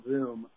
Zoom